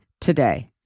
today